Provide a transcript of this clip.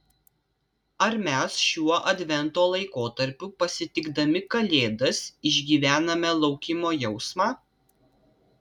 ar mes šiuo advento laikotarpiu pasitikdami kalėdas išgyvename laukimo jausmą